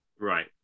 Right